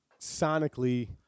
sonically